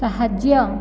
ସାହାଯ୍ୟ